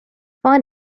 find